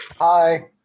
Hi